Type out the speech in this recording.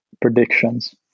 predictions